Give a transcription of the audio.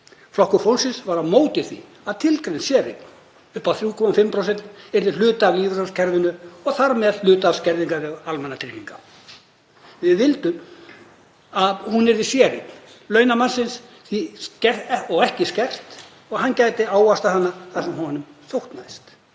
Flokkur fólksins var á móti því að tilgreind séreign upp á 3,5% yrði hluti af lífeyriskerfinu og þar með hluti af skerðingarvef almannatrygginga. Við vildum að hún yrði séreign launamannsins og ekki skert og hann gæti ávaxtað hana þar sem honum þóknaðist.